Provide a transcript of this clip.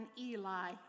Eli